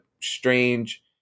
strange